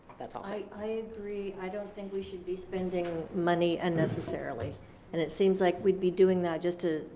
that's all. i agree. i don't think we should be spending money unnecessarily and it seems like we'd be doing that just to.